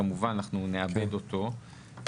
כמובן אנחנו נעבד אותו,